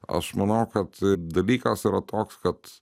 aš manau kad dalykas yra toks kad